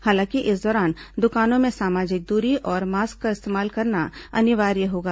हालांकि इस दौरान दुकानों में सामाजिक दूरी और मास्क का इस्तेमाल करना अनिवार्य होगा